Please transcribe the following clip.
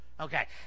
okay